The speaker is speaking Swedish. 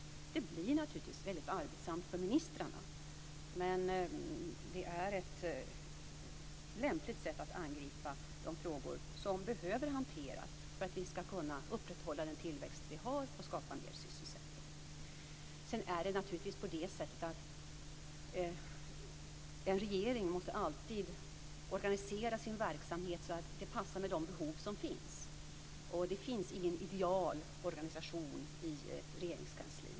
Det blir naturligtvis väldigt arbetsamt för ministrarna, men det är ett lämpligt sätt att angripa de frågor som behöver hanteras för att vi ska kunna upprätthålla den tillväxt vi har och skapa mer sysselsättning. Sedan är det naturligtvis så att en regering alltid måste organisera sin verksamhet så att det passar de behov som finns. Det finns ingen ideal organisation i ett regeringskansli.